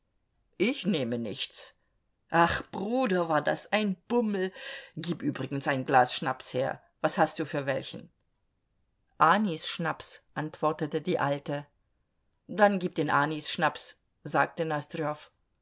ich nehme nichts ach bruder war das ein bummel gib übrigens ein glas schnaps her was hast du für welchen anisschnaps antwortete die alte dann gib den anisschnaps sagte